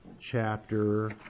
chapter